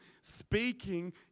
speaking